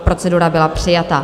Procedura byla přijata.